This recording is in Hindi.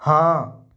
हाँ